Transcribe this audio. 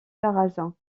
sarrasins